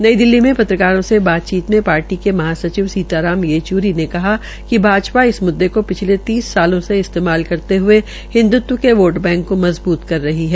नई दिल्ली में पत्रकारों से बातचीत में पार्टी के महासचिव सीताराम येच्री ने कहा कि भाजपा इस मुददे की पिछले तीस सालों से इस्तेमाल करते हये हिन्द्रत्व के वोट बैंक को मजबूत कर रही है